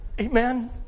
Amen